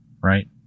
right